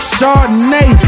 Chardonnay